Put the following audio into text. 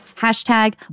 Hashtag